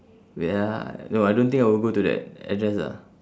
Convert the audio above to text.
wait ah no I don't think I will go to that address ah